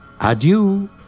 Adieu